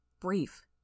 brief